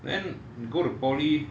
then go to polytechnic